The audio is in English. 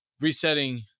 resetting